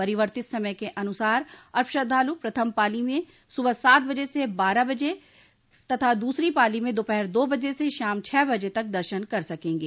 परिवर्तित समय के अनुसार अब श्रद्धालु प्रथम पाली में सुबह सात बजे से बारह बजे तक तथा दूसरी पाली में दोपहर दो बजे से शाम छह बजे तक दर्शन कर सकेंगे